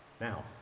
Now